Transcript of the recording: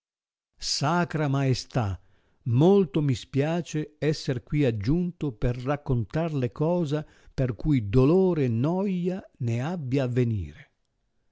sacra maestà molto mi spiace esser qui aggiunto per raccontarle cosa per cui dolore e noia ne abbia a venire